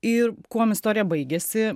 ir kuom istorija baigiasi